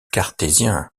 cartésien